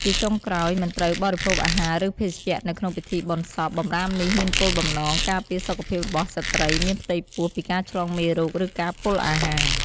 ជាចុងក្រោយ មិនត្រូវបរិភោគអាហារ ឬភេសជ្ជៈនៅក្នុងពិធីបុណ្យសព បម្រាមនេះមានគោលបំណងការពារសុខភាពរបស់ស្ត្រីមានផ្ទៃពោះពីការឆ្លងមេរោគ ឬការពុលអាហារ។